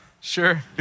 sure